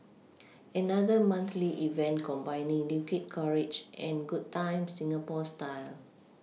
another monthly event combining liquid courage and good times Singapore style